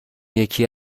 یکی